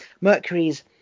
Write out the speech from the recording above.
mercury's